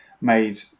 made